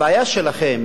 הבעיה שלכם